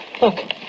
Look